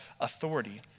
authority